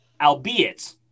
albeit